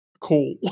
cool